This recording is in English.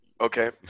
Okay